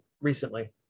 recently